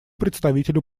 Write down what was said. представителю